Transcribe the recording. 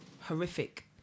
horrific